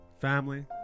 family